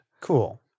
Cool